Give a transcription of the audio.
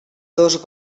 dos